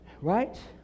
right